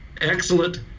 excellent